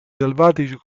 selvatici